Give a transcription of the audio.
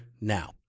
now